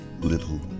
little